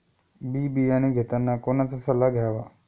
बी बियाणे घेताना कोणाचा सल्ला घ्यावा?